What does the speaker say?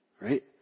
right